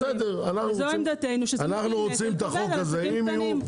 אז זו עמדתנו, שזה מטיל נטל כבד על עסקים קטנים.